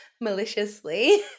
maliciously